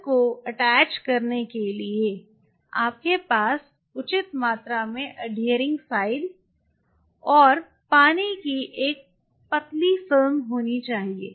sales को attach करने के लिए आपके पास उचित मात्रा में अडहियरिंग साइड और पानी की एक पतली फिल्म होनी चाहिए